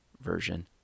version